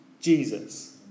Jesus